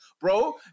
bro